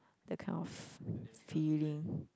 the kind of feeling